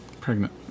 Pregnant